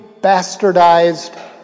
bastardized